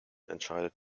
entscheidet